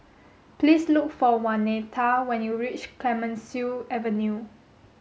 please look for Waneta when you reach Clemenceau Avenue